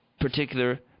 particular